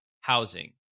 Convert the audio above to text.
housing